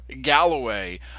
galloway